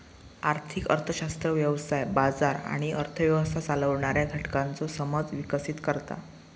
आर्थिक अर्थशास्त्र व्यवसाय, बाजार आणि अर्थ व्यवस्था चालवणाऱ्या घटकांचो समज विकसीत करता